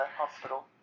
hospital